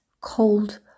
cold